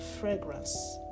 fragrance